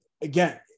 Again